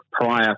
prior